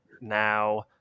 now